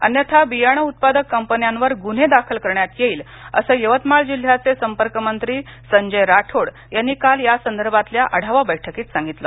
अन्यथा बियाणे उत्पादक कंपन्यांवर गुन्हे दाखल करण्यात येईल असं यवतमाळ जिल्ह्याचे संपर्कमंत्री संजय राठोड यांनी काल या संदर्भातल्या आढावा बैठकीत सांगितलं